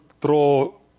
throw